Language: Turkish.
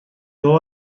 yol